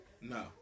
No